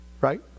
Right